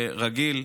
רגיל.